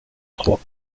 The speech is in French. trois